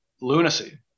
lunacy